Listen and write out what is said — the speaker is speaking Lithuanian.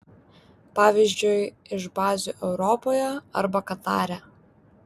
pavyzdžiui iš bazių europoje arba katare